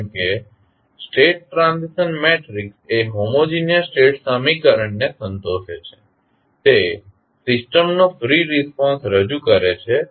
જેમ કે state transition matrix એ હોમોજીનીયસ સ્ટેટ સમીકરણ ને સંતોષે છે તે સિસ્ટમનો ફ્રી રિસ્પોન્સ રજૂ કરે છે